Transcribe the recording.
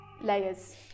layers